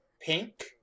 pink